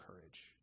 courage